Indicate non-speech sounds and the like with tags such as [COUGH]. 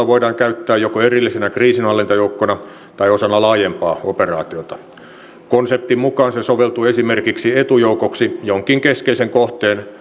[UNINTELLIGIBLE] voidaan käyttää joko erillisenä kriisinhallintajoukkona tai osana laajempaa operaatiota konseptin mukaan se soveltuu esimerkiksi etujoukoksi jonkin keskeisen kohteen